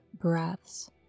breaths